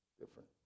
different